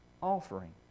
offering